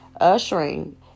ushering